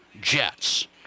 Jets